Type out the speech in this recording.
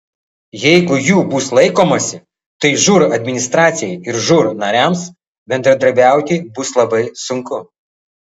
jeigu jų bus laikomasi tai žūr administracijai ir žūr nariams bendradarbiauti bus labai sunku